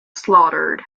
slaughtered